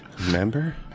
Remember